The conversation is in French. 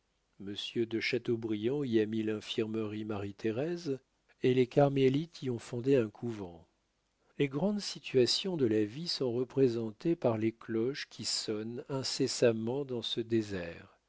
monsieur de chateaubriand y a mis l'infirmerie marie-thérèse et les carmélites y ont fondé un couvent les grandes situations de la vie sont représentées par les cloches qui sonnent incessamment dans ce désert